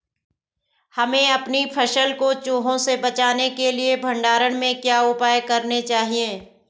हमें अपनी फसल को चूहों से बचाने के लिए भंडारण में क्या उपाय करने चाहिए?